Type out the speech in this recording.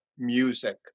music